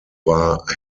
war